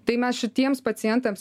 tai mes šitiems pacientams